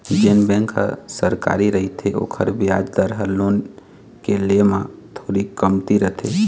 जेन बेंक ह सरकारी रहिथे ओखर बियाज दर ह लोन के ले म थोरीक कमती रथे